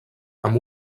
amb